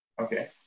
Okay